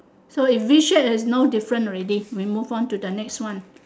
so if V shape it's no different already we move on to the next one